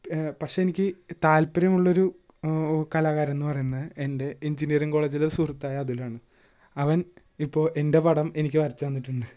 പക്ഷേ എനിക്ക് താല്പര്യമുള്ളൊരു കലാകാരന് എന്ന് പറയുന്നത് എന്റെ എഞ്ചിനിയറിങ് കോളേജിലെ സുഹൃത്തായ അതുലാണ് അവന് ഇപ്പോൾ എന്റെ പടം എനിക്ക് വരച്ചു തന്നിട്ടുണ്ട്